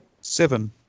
Seven